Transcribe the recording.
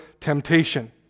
temptation